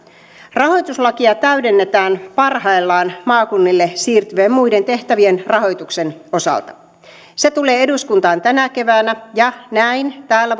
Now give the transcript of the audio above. rahoituslakia täydennetään parhaillaan maakunnille siirtyvien muiden tehtävien rahoituksen osalta se tulee eduskuntaan tänä keväänä ja näin täällä